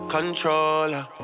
Controller